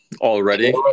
already